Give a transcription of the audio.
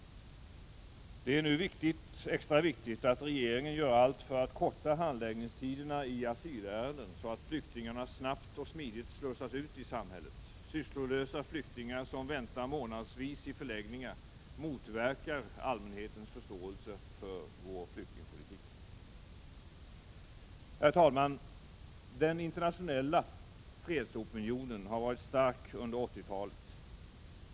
Det är nu extra viktigt att regeringen gör allt för att korta handläggningstiderna i asylärenden så att flyktingarna snabbt och smidigt slussas ut i samhället. Sysslolösa flyktingar som väntar månadsvis i förläggningar motverkar allmänhetens förståelse för vår flyktingpolitik. Herr talman! Den internationella fredsopinionen har varit stark under 80-talet.